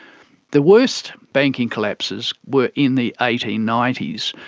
the worst banking collapses were in the eighteen ninety s,